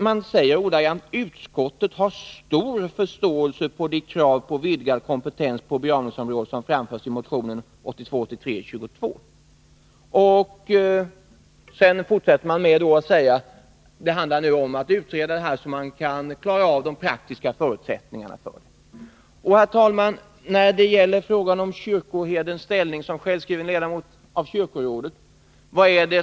Där sägs: ”Utskottet har stor förståelse för det krav på vidgad kompetens på begravningsområdet som framförs i motion 1982/83:22.” Man fortsätter med att säga att det nu handlar om att utreda detta, så att man kan klara av de praktiska förutsättningarna för att genomföra det. Vad säger man då i betänkandet när det gäller frågan om kyrkoherdens ställning som självskriven ledamot i kyrkorådet?